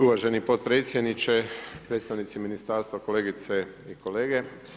Uvaženi potpredsjedniče, predstavnici Ministarstva, kolegice i kolege.